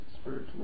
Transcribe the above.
spiritual